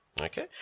Okay